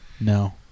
No